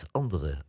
andere